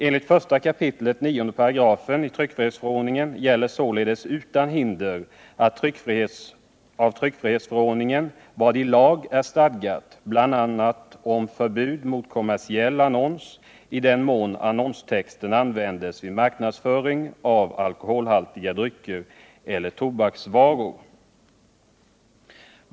Enligt 1 kap. 98 tryckfrihetsförordningen gäller således utan hinder av tryckfrihetsförordningen vad i lag är stadgat bl.a. om förbud mot kommersiell annons i den mån annonstexten används vid marknadsföring av alkoholhaltiga drycker eller tobaksvaror.